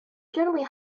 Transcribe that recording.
generally